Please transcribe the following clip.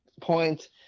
point